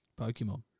Pokemon